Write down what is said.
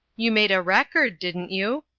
you made a record, didn't you?